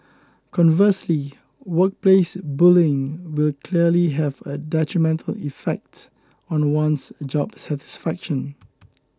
conversely workplace bullying will clearly have a detrimental effect on one's job satisfaction